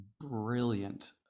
brilliant